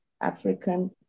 African